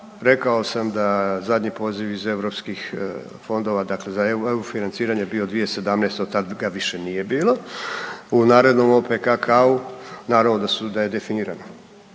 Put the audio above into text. rekao sam da zadnji poziv iz EU fondova, dakle za EU financiranje je bio 2017., od tad ga više nije bilo. U narednom OPKK-u naravno da su, naravno da su definirana.